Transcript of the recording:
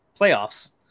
playoffs